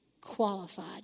qualified